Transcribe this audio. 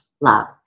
love